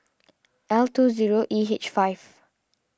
L two zero E H five